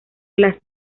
las